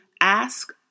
ask